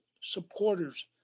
supporters